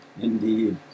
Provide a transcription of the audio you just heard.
Indeed